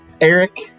Eric